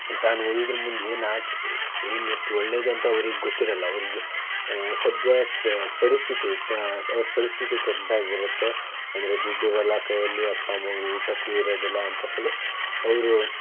ತಾನು ಓದಿದ್ರೆ ಮುಂದೆ ಏನು ಆಗು ಏನು ಎಷ್ಟು ಒಳ್ಳೆಯದು ಅಂತ ಅವ್ರಿಗೆ ಗೊತ್ತಿರೋಲ್ಲ ಅವರಿಗೆ ಸದ್ಯ ಪ ಪರಿಸ್ಥಿತಿ ತ ಅವ್ರ ಪರಿಸ್ಥಿತಿ ಕೆಟ್ಟದಾಗಿರುತ್ತೆ ಅಂದರೆ ದುಡ್ಡಿರೋಲ್ಲ ಕೈಯಲ್ಲಿ ಅಪ್ಪ ಅಮ್ಮಂಗೂ ಊಟಕ್ಕೂ ಇರೋದಿಲ್ಲ ಅಂತ ಹೇಳಿ ಅವರು